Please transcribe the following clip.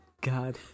God